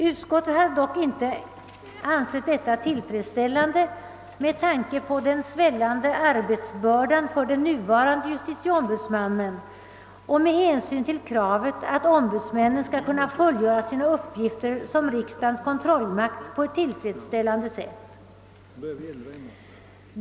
Utskottet har dock inte ansett detta tillfredsställande med tanke på den svällande arbetsbördan för den nuvarande justitieombudsmannen och men hänsyn till kravet att ombudsmännen skall kunna fullgöra sina uppgifter som riksdagens kontrollmakt på ett tillfredsställande sätt.